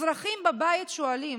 אזרחים בבית שואלים,